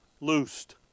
Loosed